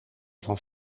van